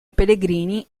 pellegrini